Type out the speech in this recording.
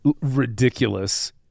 ridiculous